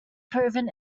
proven